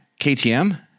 KTM